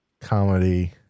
comedy